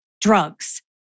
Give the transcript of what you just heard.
drugs